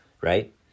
right